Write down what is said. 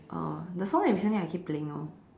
uh the song that recently I keep playing orh